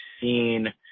seen